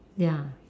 ya